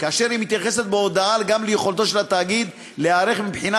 והיא מתייחסת בהודעה גם ליכולתו של התאגיד להיערך מבחינה